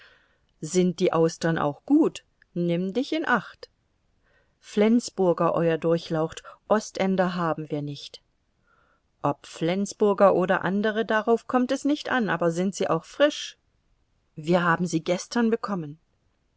sind die austern auch gut nimm dich in acht flensburger euer durchlaucht ostender haben wir nicht ob flensburger oder andere darauf kommt es nicht an aber sind sie auch frisch wir haben sie gestern bekommen